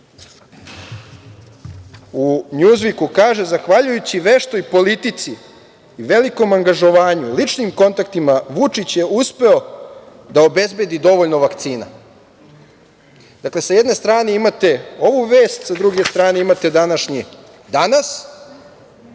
se kaže: "Zahvaljujući veštoj politici, velikom angažovanju i ličnim kontaktima, Vučić je uspeo da obezbedi dovoljno vakcina." Dakle, sa jedne strane imate ovu vest, a sa druge strane imate današnji "Danas",